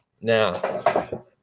Now